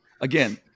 again